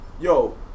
yo